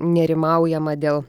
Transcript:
nerimaujama dėl